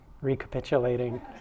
recapitulating